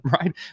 right